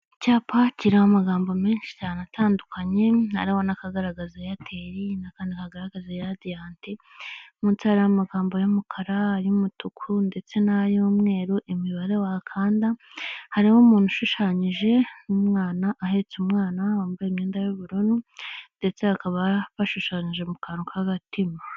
Icyapa kiriho amagambo menshi cyane atandukanye, hariho n'akagaragaza eyateri n'akandi kagaragaza radiyati, munsi hari amagambo y'umukara ay'umutuku ndetse n'ay'umweru, imibare wakanda, hariho umuntu ushushanyije n'umwana, ahetse umwana wambaye imyenda y'ubururu ndetse bakaba bashushanyije mu kantu k'agatima.